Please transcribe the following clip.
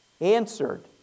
answered